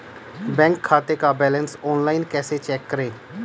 Bank खाते का balance online कैसे चेक करें?